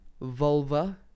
vulva